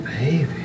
baby